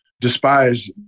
despise